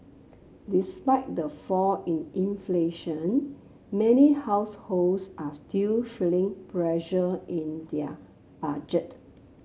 despite the fall in inflation many households are still feeling pressure in their budget